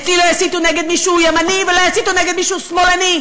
אצלי לא יסיתו נגד מישהו ימני ולא יסיתו נגד מישהו שמאלני.